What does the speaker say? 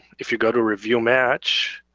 if you go to review match,